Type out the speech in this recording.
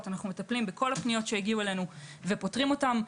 אנחנו מטפלים בכל הפניות שהגיעו אלינו ופותרים אותם.